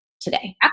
today